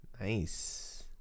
Nice